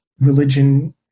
religion